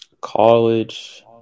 College